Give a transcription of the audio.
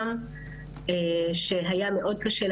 היה מאוד קשה,